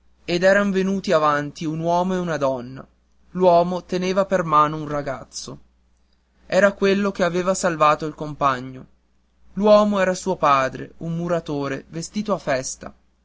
ed eran venuti avanti un uomo e una donna l'uomo teneva per mano un ragazzo era quello che aveva salvato il compagno l'uomo era suo padre un muratore vestito a festa